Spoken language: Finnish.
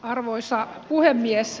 arvoisa puhemies